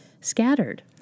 scattered